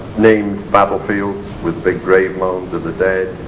named battlefields with big grave mounds of the dead,